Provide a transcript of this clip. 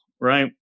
right